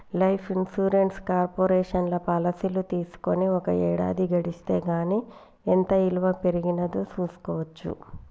life insurance కార్పొరేషన్లో పాలసీలు తీసుకొని ఒక ఏడాది గడిస్తే గానీ ఎంత ఇలువ పెరిగినాదో చూస్కోవచ్చు